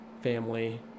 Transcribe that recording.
family